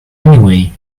anyway